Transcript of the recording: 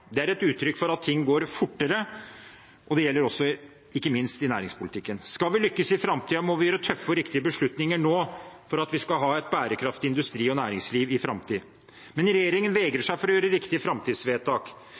fall tja. Et uttrykk jeg liker godt, er at framtiden kommer fortere nå enn før i tiden. Det er uttrykk for at ting går fortere, og det gjelder ikke minst i næringspolitikken. Skal vi lykkes i framtiden, må vi gjøre tøffe og riktige beslutninger nå for at vi skal ha et bærekraftig industri- og næringsliv i